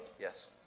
Yes